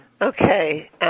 Okay